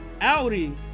Audi